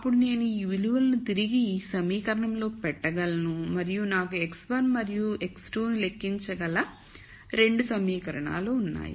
అప్పుడు నేను ఈ విలువలను తిరిగి ఈ సమీకరణంలోకి పెట్టగలను మరియు నాకు x1 మరియు x2 ను లెక్కించగల 2 సమీకరణాలు ఉన్నాయి